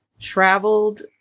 traveled